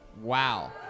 Wow